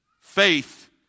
Faith